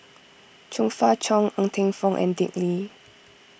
Chong Fah Cheong Ng Teng Fong and Dick Lee